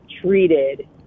treated